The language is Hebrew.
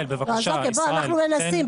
אנחנו מנסים,